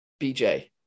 BJ